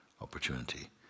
opportunity